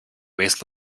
waste